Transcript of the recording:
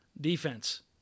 defense